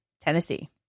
Tennessee